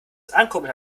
ankurbeln